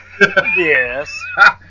Yes